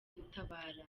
gutabara